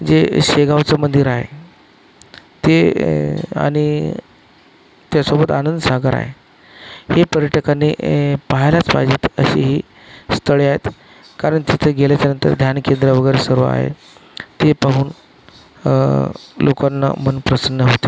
जे शेगावचं मंदिर आहे ते आणि त्यासोबत आनंदसागर आहे हे पर्यटकांनी पहायलाच पाहिजेत अशी ही स्थळे आहेत कारण तिथे गेल्याच्यानंतर ध्यानकेंद्र वगैरे सर्व आहे ते पाहून लोकांना मन प्रसन्न होते